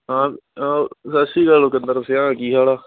ਹਾਂ ਹਾ ਸਤਿ ਸ਼੍ਰੀ ਅਕਾਲ ਓ ਕਿੰਦਰ ਸਿਹਾਂ ਕੀ ਹਾਲ ਆ